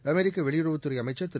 அமெரிக்க வெளியுறவுத் துறை அமைச்சர் திரு